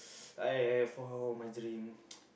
I follow my dream